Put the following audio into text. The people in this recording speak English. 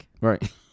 right